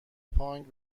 پانگ